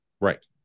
Right